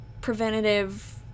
preventative